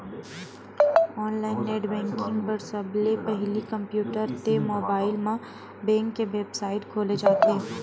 online net banking बर सबले पहिली कम्प्यूटर ते मोबाईल म बेंक के बेबसाइट खोले जाथे